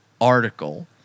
article